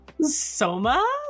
Soma